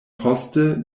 poste